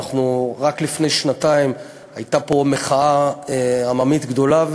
רק לפני שנתיים הייתה פה מחאה עממית גדולה,